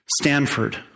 Stanford